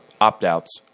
opt-outs